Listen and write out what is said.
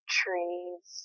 trees